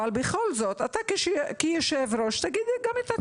אבל אתה כיושב-ראש תגיד גם את התשובה.